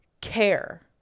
care